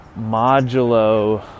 modulo